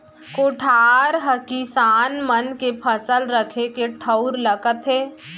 कोठार हकिसान मन के फसल रखे के ठउर ल कथें